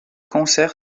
concert